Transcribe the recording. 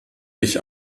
ich